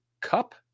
cup